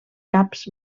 caps